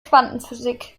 quantenphysik